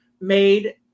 Made